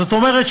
זאת אומרת,